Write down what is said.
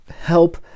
help